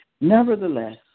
nevertheless